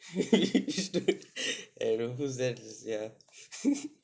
vishnu and who's that ya